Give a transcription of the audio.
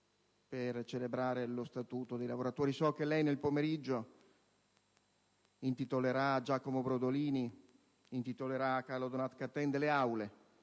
per celebrare lo Statuto dei lavoratori. So che lei nel pomeriggio intitolerà a Giacomo Brodolini e a Carlo Donat- Cattin alcune aule